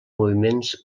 moviments